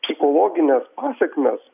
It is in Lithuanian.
psichologinės pasekmės